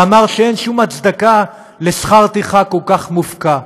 ואמר שאין שום הצדקה לשכר טרחה כל כך מופקע.